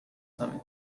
summit